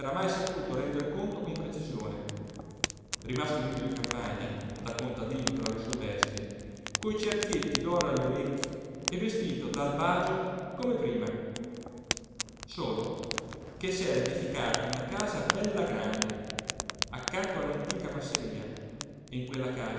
mai saputo render conto con precisione rimasto a vivere in campagna da contadino tra le sue bestie coi cerchietti d'oro agli orecchi e vestito d'albagio come prima solo che s'era edificata una casa bella grande accanto all'antica masseria e in quella